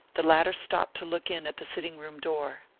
the latter stopped to look in at the sitting-room door.